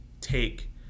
take